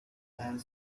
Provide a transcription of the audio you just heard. and